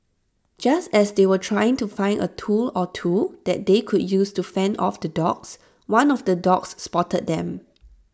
just as they were trying to find A tool or two that they could use to fend off the dogs one of the dogs spotted them